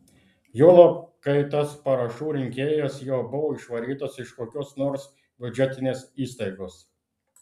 juolab kai tas parašų rinkėjas jau buvo išvarytas iš kokios nors biudžetinės įstaigos